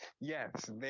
yes